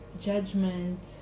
judgment